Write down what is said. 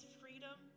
freedom